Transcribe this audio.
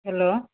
hello